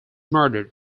murdered